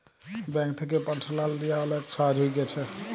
bank থ্যাকে personal লিয়া অলেক ছহজ হঁয়ে গ্যাছে